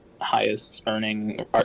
highest-earning